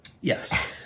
Yes